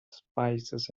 spices